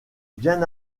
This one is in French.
bien